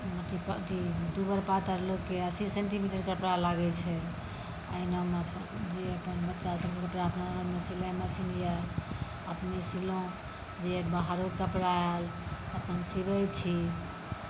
आ अथी दुबर पातरि लोककेँ अस्सी सेन्टीमीटर कपड़ा लागै छै एहिना जे अपन बच्चा सभके सिलाइ मशीन यऽ अपने सिलहुँ जे बाहरोके कपड़ा आयल अपन सिबै छी